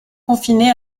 confinés